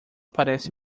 parece